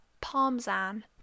parmesan